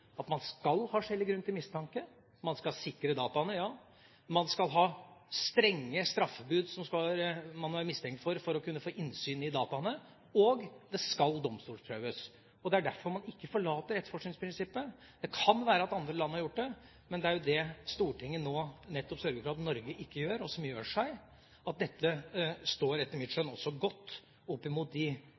at man skal ha skjellig grunn til mistanke. Man skal sikre dataene, det skal være strenge straffebud for det noen er mistenkt for for å kunne få innsyn i dataene, og det skal domstolprøves. Det er derfor man ikke forlater etterforskningsprinsippet. Det kan være at andre land har gjort det, men det er jo det Stortinget nettopp sørger for at Norge ikke gjør, og som gjør at dette står seg, etter mitt skjønn, godt oppimot de